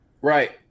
right